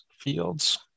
fields